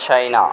China